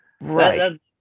Right